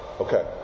Okay